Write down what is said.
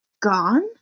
gone